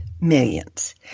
millions